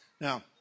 Now